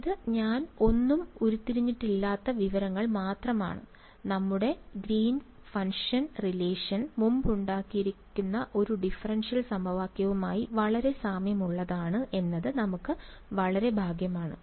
അതിനാൽ ഇത് ഞാൻ ഒന്നും ഉരുത്തിരിഞ്ഞിട്ടില്ലാത്ത വിവരങ്ങൾ മാത്രമാണ് നമ്മളുടെ green function relation Green's function relation മുമ്പുണ്ടായിരുന്ന ഒരു ഡിഫറൻഷ്യൽ സമവാക്യവുമായി വളരെ സാമ്യമുള്ളതാണ് എന്നത് നമുക്ക് വളരെ ഭാഗ്യമാണ്